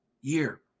year